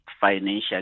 financially